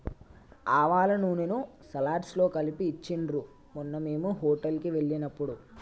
ఆవాల నూనెను సలాడ్స్ లో కలిపి ఇచ్చిండ్రు మొన్న మేము హోటల్ కి వెళ్ళినప్పుడు